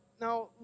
Now